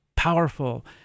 powerful